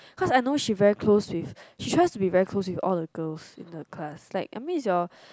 cause I know she very close with she tries to be very close with all the girls in the class I mean is your